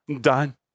done